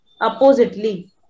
oppositely